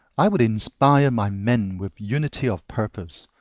i would inspire my men with unity of purpose.